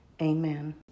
Amen